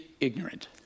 Ignorant